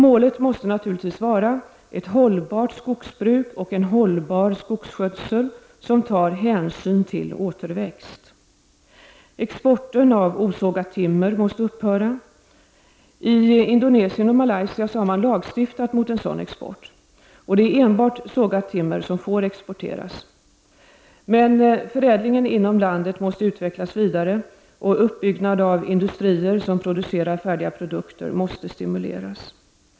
Målet måste naturligtvis vara ett hållbart skogsbruk och en hållbar skogsskötsel som tar hänsyn till återväxt. Indonesien och Malaysia har man nu lagstiftat mot en sådan export. Det är enbart sågat timmer som får exporteras. Förädlingen inom landet måste utvecklas vidare, och uppbyggnad av industrier som producerar färdiga produkter måste stimuleras.